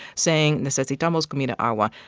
saying necesitamos comida, agua.